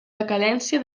decadència